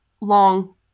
long